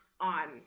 on